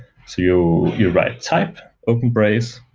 so you you write type open brace,